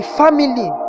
family